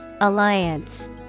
Alliance